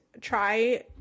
try